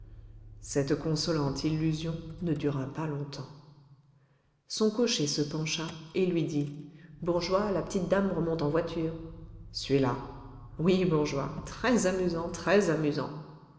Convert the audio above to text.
cette consolante illusion ne dura pas longtemps son cocher se pencha et lui dit bourgeois la petite dame remonte en voiture suis la oui bourgeois